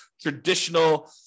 traditional